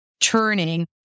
turning